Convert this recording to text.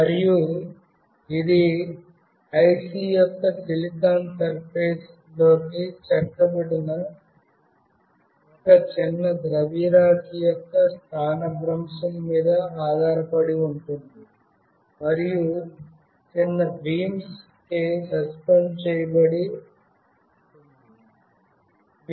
మరియు ఇది ఐసి యొక్క సిలికాన్ సర్ఫస్ లోకి చెక్కబడిన ఒక చిన్న ద్రవ్యరాశి యొక్క స్థానభ్రంశం మీద ఆధారపడి ఉంటుంది మరియు చిన్న బీమ్స్ చే సస్పెండ్ చేయబడుతుంది